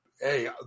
hey